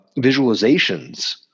visualizations